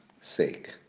sake